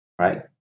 right